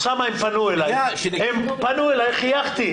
הם פנו אליי, חייכתי.